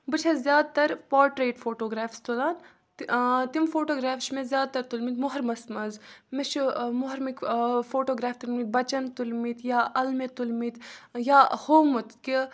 بہٕ چھَس زیادٕ تَر پاٹریٹ فوٹوگریفٕس تُلان تہِ تِم فوٹوگراف چھِ مےٚ زیادٕ تَر تُلمٕتۍ محرمَس منٛز مےٚ چھُ محرمٕکۍ فوٹوگراف تُلمٕتۍ بَچَن تُلمٕتۍ یا اَلمہِ تُلمٕتۍ یا ہومُت کہِ